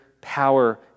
power